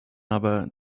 aber